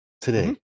Today